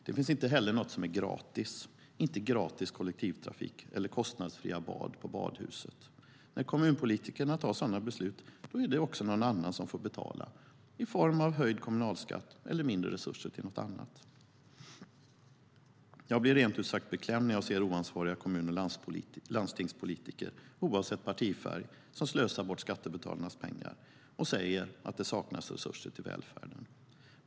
Det finns inte heller något som är gratis, inte gratis kollektivtrafik eller kostnadsfria bad på badhuset. När kommunpolitikerna tar sådana beslut är det någon annan som får betala i form av höjd kommunalskatt eller mindre resurser till något annat. Jag blir rent ut sagt beklämd när jag ser oansvariga kommun och landstingspolitiker, oavsett partifärg, som slösar bort skattebetalarnas pengar och säger att det saknas resurser till välfärden.